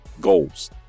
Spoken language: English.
goals